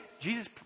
jesus